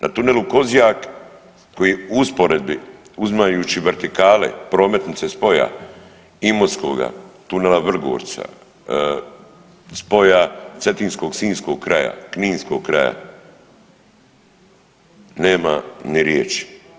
Na tunelu Kozjak koji u usporedbi, uzimajući vertikale prometnice spoja Imotskoga, tunela Vrgorca, spoja cetinskog i sinjskog kraja, kninskog kraja, nema ni riječi.